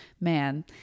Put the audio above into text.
man